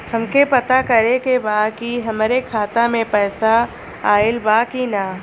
हमके पता करे के बा कि हमरे खाता में पैसा ऑइल बा कि ना?